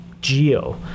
geo